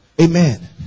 Amen